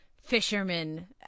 fisherman